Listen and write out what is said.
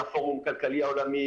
הפורום הכלכלי העולמי,